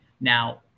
Now